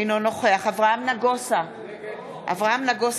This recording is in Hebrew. אינו נוכח אברהם נגוסה, נגד